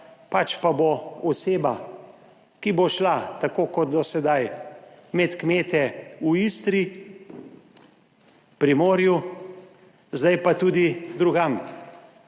pač pa bo oseba, ki bo šla tako kot do sedaj med kmete v Istri, Primorju, zdaj pa tudi drugam.